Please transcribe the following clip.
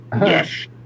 Yes